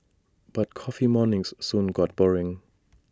but coffee mornings soon got boring